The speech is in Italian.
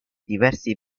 diversi